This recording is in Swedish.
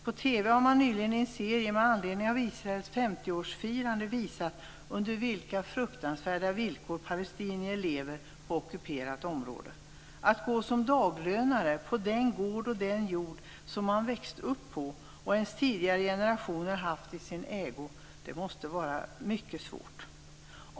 På TV har man nyligen i en serie inslag med anledning av Israels 50-årsfirande visat under vilka fruktanvärda villkor palestinier lever på ockuperat område. Att gå som daglönare på den gård och den jord där man växt upp och som ens tidigare generationer har haft i sin ägo måste vara mycket svårt.